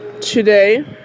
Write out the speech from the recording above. today